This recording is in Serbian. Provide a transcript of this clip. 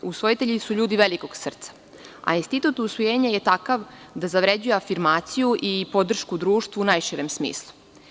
Usvojitelji su ljudi velikog srca, a institut usvojenja je takav da zavređuje afirmaciju i podršku u društvu, u najširem smislu.